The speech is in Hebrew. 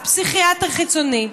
אף פסיכיאטר חיצוני.